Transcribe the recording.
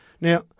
Now